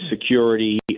security